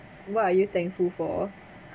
what are you thankful for